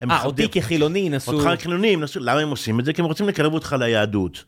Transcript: אה, אותי כחילוני ינסו. אותך כחילוני ינסו. למה הם עושים את זה? כי הם רוצים לקרב אותך ליהדות.